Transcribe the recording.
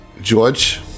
George